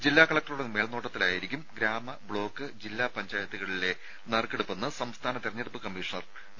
ജില്ലാ കലക്ടറുടെ മേൽനോട്ടത്തിലായിരിക്കും ഗ്രാമ ബ്ലോക്ക് ജില്ലാ പഞ്ചായത്തുകളിലെ നറുക്കെടുപ്പെന്ന് സംസ്ഥാന തെരഞ്ഞെടുപ്പ് കമ്മീഷണർ വി